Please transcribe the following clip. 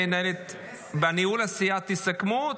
בניהול הסיעה תסכמו,